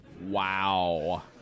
wow